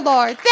Lord